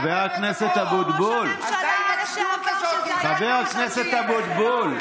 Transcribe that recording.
חבר הכנסת אבוטבול, חבר הכנסת אבוטבול.